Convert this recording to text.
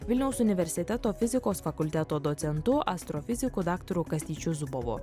vilniaus universiteto fizikos fakulteto docentu astrofiziku daktaru kastyčiu zubovu